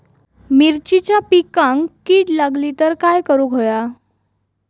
मिरचीच्या पिकांक कीड लागली तर काय करुक होया?